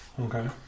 Okay